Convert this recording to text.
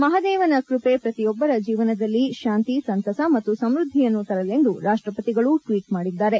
ಮಹಾದೇವನ ಕ್ಯಪೆ ಪ್ರತಿಯೊಬ್ಲರ ಜೀವನದಲ್ಲಿ ತಾಂತಿ ಸಂತಸ ಮತ್ತು ಸಮೃದ್ದಿಯನ್ನು ತರಲೆಂದು ರಾಷ್ಷಪತಿಗಳು ಟ್ವೀಟ್ ಮಾಡಿದ್ದಾರೆ